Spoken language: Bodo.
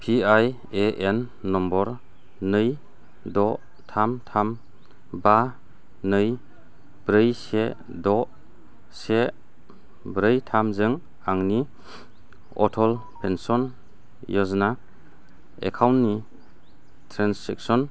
पिआरएएन नम्बर नै द' थाम थाम बा नै ब्रै से द' से ब्रै थामजों आंनि अटल पेन्सन य'जना एकाउन्टनि ट्रेनजेक्सन